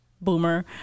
boomer